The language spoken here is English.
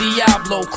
Diablo